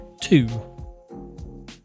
two